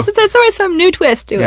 but so so always some new twist to it.